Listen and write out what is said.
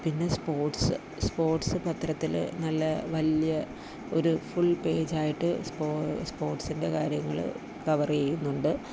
പിന്നെ sports sports പത്രത്തിൽ നല്ല വലിയ ഒരു ഫുൾ പേജായിട്ട് സ്പോർട്സിൻ്റെ കാര്യങ്ങൾ കവർ ചെയ്യുന്നുണ്ട്